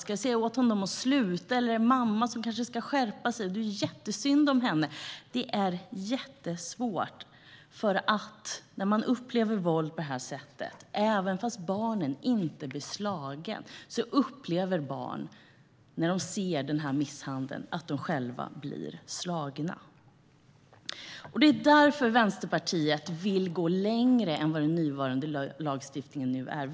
Ska jag säga åt honom att sluta, eller är det mamma som kanske ska skärpa sig? Det är ju jättesynd om henne! Det är jättesvårt. När barn bevittnar våld och ser misshandel på det här sättet upplever de att de själva blir slagna, även om de inte blir det. Det är därför Vänsterpartiet vill gå längre än den nuvarande lagstiftningen.